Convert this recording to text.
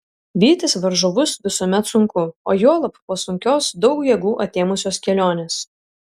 vytis varžovus visuomet sunku o juolab po sunkios daug jėgų atėmusios kelionės